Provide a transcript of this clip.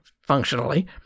functionally